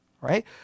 Right